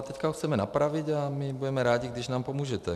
A teď ho chceme napravit a budeme rádi, když nám pomůžete.